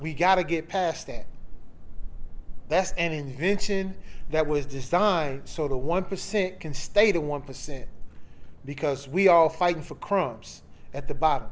we got to get past that that's an invention that was designed so the one percent can stay the one percent because we are fighting for crimes at the bottom